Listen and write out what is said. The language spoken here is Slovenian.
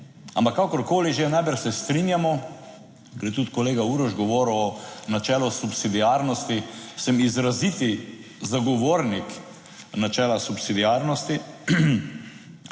Ampak kakorkoli že, najbrž se strinjamo, ker je tudi kolega Uroš govoril o načelu subsidiarnosti, sem izraziti zagovornik načela subsidiarnosti.